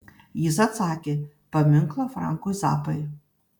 jis atsakė paminklą frankui zappai